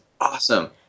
awesome